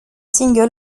singles